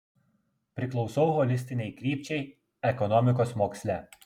priklausau holistinei krypčiai ekonomikos moksle